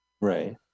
right